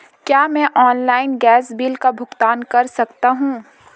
क्या मैं online gas bill का भुगतान कर सकता हूँ?